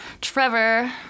trevor